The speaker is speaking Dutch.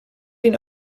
een